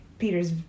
Peter's